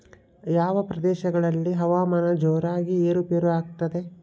ಯಾವ ಪ್ರದೇಶಗಳಲ್ಲಿ ಹವಾಮಾನ ಜೋರಾಗಿ ಏರು ಪೇರು ಆಗ್ತದೆ?